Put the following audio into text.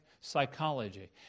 psychology